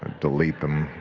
delete them.